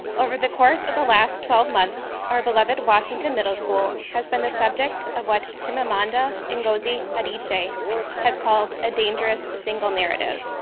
over the course of the last twelve months our beloved washington middle school has been the subject of what chimamanda ngozi adichie has called a dangerous single narrative.